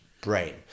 brain